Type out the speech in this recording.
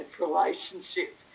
relationship